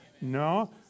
No